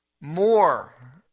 more